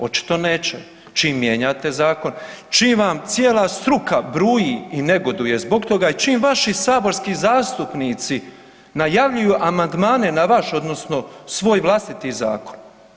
Očito neće, čim mijenjate zakon, čim vam cijela struka bruji i negoduje zbog toga i čim vaši saborski zastupnici najavljuju amandmane na vaš odnosno svoj vlastiti zakon.